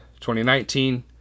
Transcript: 2019